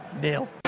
nil